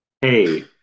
Hey